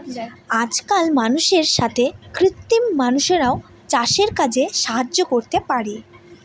আজকাল মানুষের সাথে কৃত্রিম মানুষরাও চাষের কাজে সাহায্য করতে পারে